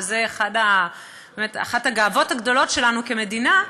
וזו אחת הגאוות הגדולות שלנו כמדינה.